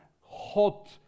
hot